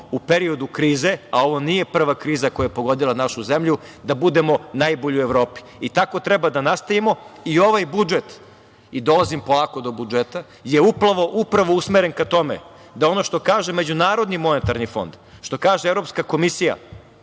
u periodu krize, a ovo nije prva kriza koja je pogodila našu zemlju, da budemo najbolji u Evropi. Tako treba da nastavimo i ovaj budžet, i dolazim polako do budžeta, je upravo usmeren ka tome da ono što kaže MMF, što kaže Evropska komisija,